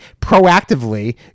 proactively